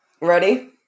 Ready